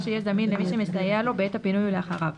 שיהיה זמין למי שמסייע לו בעת פינוי ולאחריו,